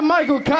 Michael